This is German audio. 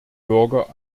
bürger